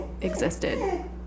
existed